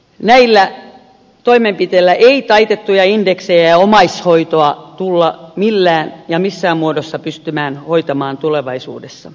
näillä toimenpiteillä ei taitettuja indeksejä ja omaishoitoa tulla millään ja missään muodossa pystymään hoitamaan tulevaisuudessa